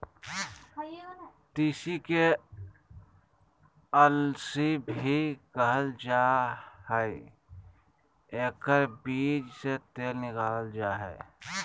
तीसी के अलसी भी कहल जा हइ एकर बीज से तेल निकालल जा हइ